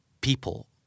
people